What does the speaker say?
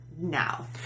now